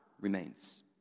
remains